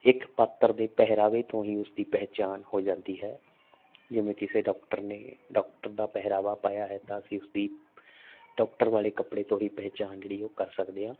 ਇੱਕ ਪਾਤਰ ਦੇ ਪਹਿਰਾਵੇ ਤੋਂ ਹੀ ਉਸਦੀ ਪਹਿਚਾਨ ਹੋ ਜਾਂਦੀ ਹੈ ਜਿਵੇਂ ਕਿਸੇ ਡਾਕਟਰ ਨੇ ਡਾਕਟਰ ਦਾ ਪਹਿਰਾਵਾ ਪਾਇਆ ਹੈ ਤਾਂ ਅਸੀਂ ਉਸਦੀ ਡਾਕਟਰ ਵਾਲੇ ਕੱਪੜੇ ਤੋਂ ਹੀ ਪਹਿਚਾਣ ਜਿਹੜੀ ਉਹ ਕਰ ਸਕਦੇ ਆ